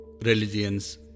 Religions